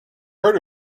heard